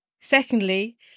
Secondly